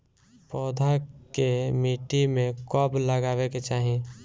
पौधा के मिट्टी में कब लगावे के चाहि?